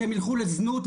שהם ילכו לזנות?